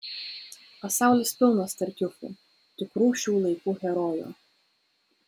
pasaulis pilnas tartiufų tikrų šių laikų herojų